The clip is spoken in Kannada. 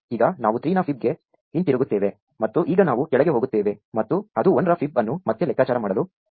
ಈಗ ನಾವು 3 ನ ಫೈಬ್ಗೆ ಹಿಂತಿರುಗುತ್ತೇವೆ ಮತ್ತು ಈಗ ನಾವು ಕೆಳಗೆ ಹೋಗುತ್ತೇವೆ ಮತ್ತು ಅದು 1 ರ ಫೈಬ್ ಅನ್ನು ಮತ್ತೆ ಲೆಕ್ಕಾಚಾರ ಮಾಡಲು ಕೇಳುತ್ತದೆ